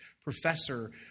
professor